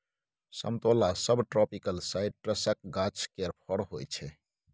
समतोला सबट्रापिकल साइट्रसक गाछ केर फर होइ छै